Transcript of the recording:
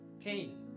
Cain